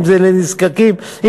אם לנזקקים,